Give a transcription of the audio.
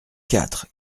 quatre